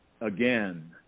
again